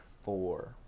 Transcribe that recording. four